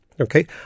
okay